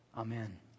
Amen